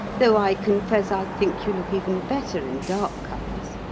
though i confess i think you look even better in dark colours.